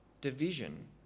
division